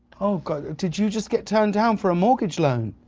oh god, did you just get turned down for a mortgage loan?